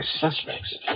suspects